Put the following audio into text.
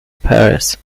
paris